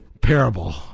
parable